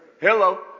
Hello